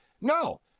No